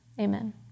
Amen